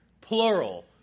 Plural